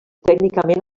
tècnicament